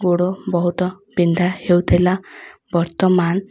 ଗୋଡ଼ ବହୁତ ବିନ୍ଧା ହେଉଥିଲା ବର୍ତ୍ତମାନ